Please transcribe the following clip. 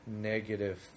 negative